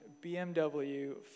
BMW